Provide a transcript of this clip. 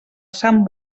sant